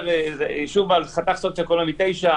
הישוב הוא בעל חתך סוציו-אקונומי 9,